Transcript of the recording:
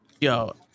Yo